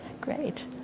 great